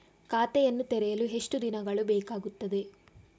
ಖಾತೆಯನ್ನು ತೆರೆಯಲು ಎಷ್ಟು ದಿನಗಳು ಬೇಕಾಗುತ್ತದೆ?